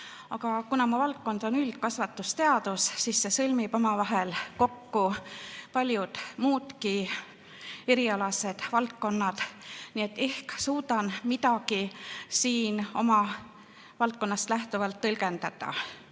Aga kuna mu valdkond on üldkasvatusteadus, siis see sõlmib omavahel kokku paljud muudki erialased valdkonnad. Nii et ehk suudan midagi siin oma valdkonnast lähtuvalt tõlgendada. Kõigepealt